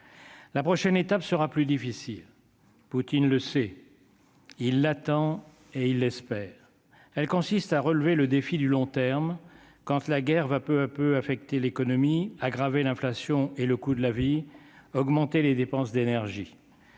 La prochaine étape sera plus difficile, Poutine le sait : il attend et il espère, elle consiste à relever le défi du long terme quand la guerre va peu à peu affecté l'économie aggraver l'inflation et le coût de la vie, augmenter les dépenses d'énergie.